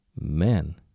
men